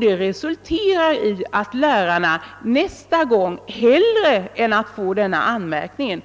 Det resulterar i att lärarna nästa gång följer kurvan hellre än att få en sådan anmärkning.